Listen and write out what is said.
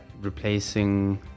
replacing